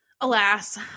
Alas